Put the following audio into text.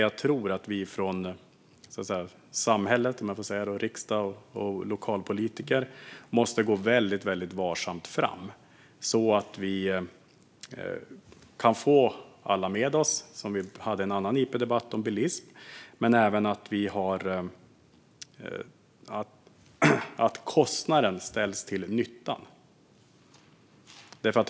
Jag tror att vi från samhället och riksdagen samt lokalpolitiker måste gå väldigt varsamt fram så att vi kan få alla med oss. Vi hade en annan interpellationsdebatt om bilism där det togs upp. Det handlar om att kostnaden ställs mot nyttan.